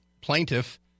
plaintiff